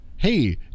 Hey